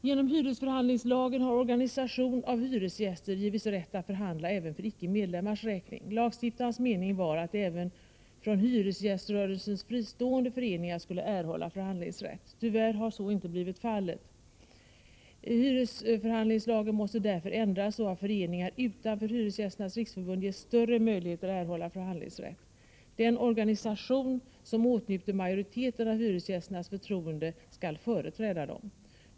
Genom hyresförhandlingslagen har organisation av hyresgäster givits rätt att förhandla även för icke-medlemmars räkning. Lagstiftarnas mening var att även från hyresgäströrelsen fristående föreningar skulle erhålla förhandlingsrätt. Tyvärr har så inte blivit fallet. Hyresförhandlingslagen måste därför ändras, så att föreningar utanför Hyresgästernas riksförbund ges större möjligheter till förhandlingsrätt. Den organisation som åtnjuter majoriteten av hyresgästernas förtroende skall företräda dessa.